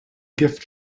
gift